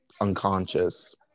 unconscious